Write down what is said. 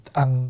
ang